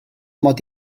mod